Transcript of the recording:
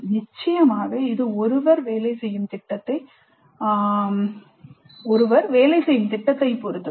நிச்சயமாக இது ஒருவர் வேலை செய்யும் திட்டத்தைப் பொறுத்தது